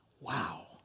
Wow